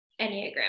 Enneagram